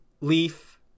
Leaf